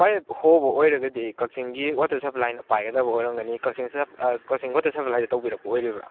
ꯄꯥꯌꯦꯞ ꯍꯣꯕ ꯑꯩꯏꯔꯒꯗꯤ ꯀꯛꯆꯤꯡꯒꯤ ꯋꯥꯇꯔ ꯁꯄ꯭ꯂꯥꯏꯅ ꯄꯥꯏꯒꯗꯕ ꯑꯣꯏꯔꯝꯒꯅꯤ ꯑꯥ ꯀꯛꯆꯤꯡ ꯋꯥꯇꯔ ꯁꯄ꯭ꯂꯥꯏꯗ ꯇꯧꯕꯤꯔꯛꯄ ꯑꯣꯏꯔꯤꯕ꯭ꯔꯥ